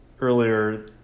Earlier